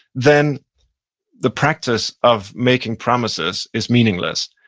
then the practice of making promises is meaningless,